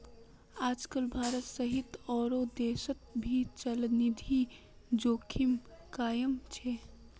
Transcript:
आजकल भारत सहित आरो देशोंत भी चलनिधि जोखिम कायम छे